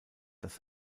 dass